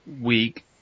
week